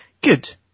Good